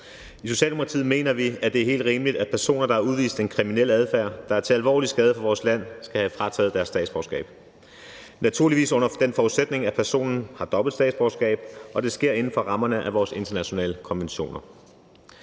I Socialdemokratiet mener vi, at det er helt rimeligt, at personer, der har udvist en kriminel adfærd, der er til alvorlig skade for vores land, skal have frataget deres statsborgerskab – naturligvis under den forudsætning, at personen har dobbelt statsborgerskab, og at det sker inden for rammerne af vores internationale konventioner.